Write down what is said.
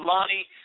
Lonnie –